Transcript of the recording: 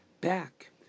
back